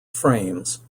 frames